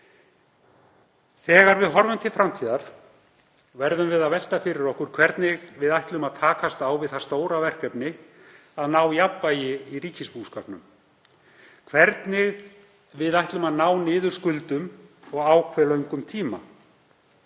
Þegar við horfum til framtíðar verðum við að velta fyrir okkur hvernig við ætlum að takast á við það stóra verkefni að ná jafnvægi í ríkisbúskapnum, hvernig við ætlum að ná niður skuldum og á hve löngum tíma.